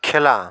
খেলা